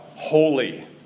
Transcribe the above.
holy